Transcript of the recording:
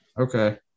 Okay